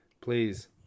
please